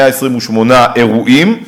128 אירועים,